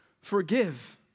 forgive